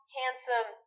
handsome